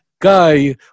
guy